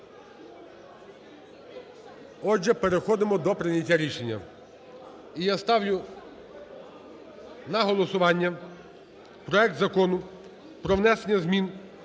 Отже, переходимо до прийняття рішення. І я ставлю на голосування проект Закону про внесення змін